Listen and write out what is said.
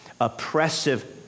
oppressive